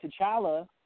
T'Challa